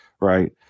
right